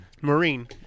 Marine